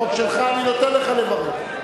בחוק שלך אני נותן לך לברך.